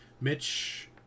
Mitch